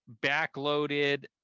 backloaded